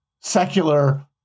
secular